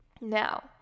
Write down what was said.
now